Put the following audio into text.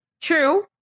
True